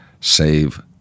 save